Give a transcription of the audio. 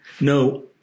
no